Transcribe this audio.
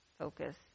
focus